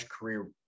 career